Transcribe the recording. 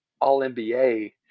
all-NBA